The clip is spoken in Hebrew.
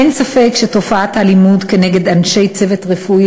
אין ספק שתופעת האלימות נגד אנשי צוות רפואי